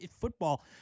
football